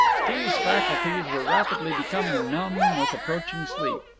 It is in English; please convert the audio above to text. steve's faculties were rapidly becoming numb with approaching sleep,